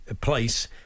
place